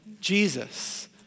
Jesus